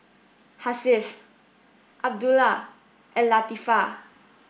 Hasif Abdullah and Latifa